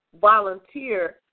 volunteer